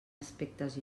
aspectes